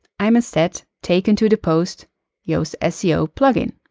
i am instead taken to the post yoast seo plugin.